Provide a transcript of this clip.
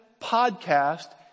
podcast